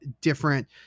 different